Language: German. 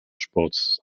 sports